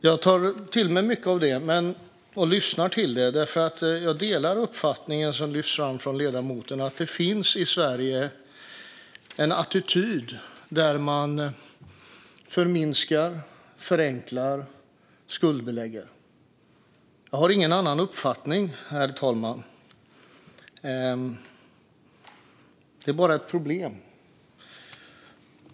Jag tar till mig mycket av detta och lyssnar till det, för jag delar den uppfattning som lyfts fram av ledamoten: att det i Sverige finns en attityd som går ut på att man förminskar, förenklar och skuldbelägger. Jag har ingen annan uppfattning, herr talman. Det finns bara ett problem.